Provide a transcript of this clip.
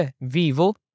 Vivo